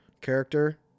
character